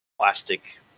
plastic